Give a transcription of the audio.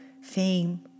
fame